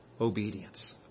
obedience